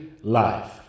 life